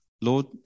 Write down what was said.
Lord